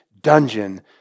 dungeon